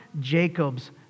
Jacob's